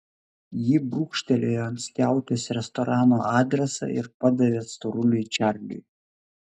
ji brūkštelėjo ant skiautės restorano adresą ir padavė storuliui čarliui